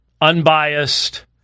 unbiased